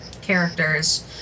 characters